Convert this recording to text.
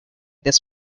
this